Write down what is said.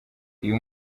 uyu